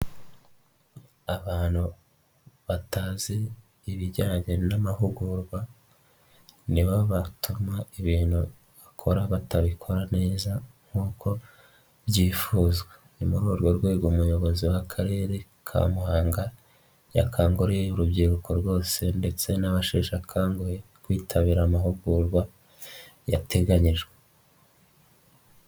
Abantu batazi ibijyanye n'amahugurwa ni bo batuma ibintu bakora batabikora neza nkuko byifuzwa, ni muri urwo rwego Umuyobozi w'Akarere ka Muhanga yakanguriye urubyiruko rwose ndetse n'abasheshakanguhe kwitabira amahugurwa yateganyijwe.